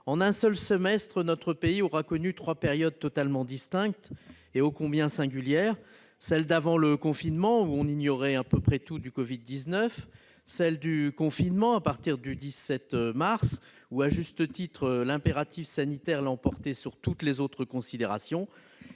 en un seul semestre, notre pays aura connu trois périodes totalement distinctes, et ô combien singulières : celle d'avant le confinement, où on ignorait à peu près tout du Covid-19 ; celle du confinement, à partir du 17 mars, où, à juste titre, l'impératif sanitaire l'a emporté sur toute autre considération